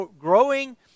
Growing